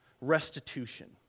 restitution